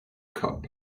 cup